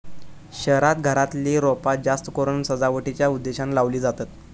शहरांत घरातली रोपा जास्तकरून सजावटीच्या उद्देशानं लावली जातत